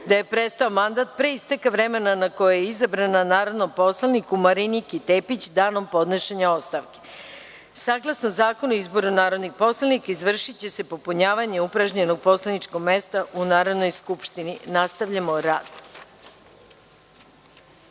da je prestao mandat pre isteka vremena na koje je izabran, narodnom poslaniku Mariniki Tepić, danom podnošenja ostavke. Saglasno Zakonu o izboru narodnih poslanika, izvršiće se popunjavanje upražnjenog poslaničkog mesta u Narodnoj skupštini. Nastavljamo rad. Na